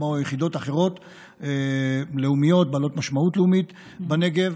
כמו יחידות לאומיות אחרות בעלות משמעות לאומית בנגב,